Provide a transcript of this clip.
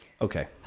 okay